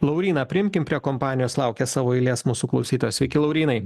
lauryną priimkim prie kompanijos laukia savo eilės mūsų klausytas sveiki laurynai